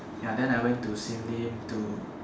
ya then I went to sim-lim to